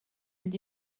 mynd